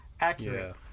accurate